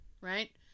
right